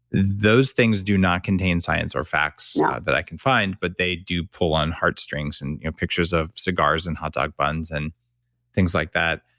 those things do not contain science or facts yeah that i can find but they do pull on heartstrings and pictures of cigars and hotdog buns and things like that.